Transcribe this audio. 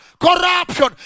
Corruption